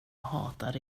hatar